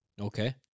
Okay